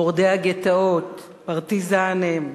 מורדי הגטאות, פרטיזנים,